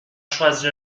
choisi